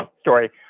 story